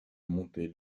montée